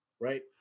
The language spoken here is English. right